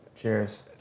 Cheers